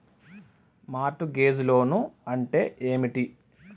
Mart gauge loan అంటే ఏమిటి?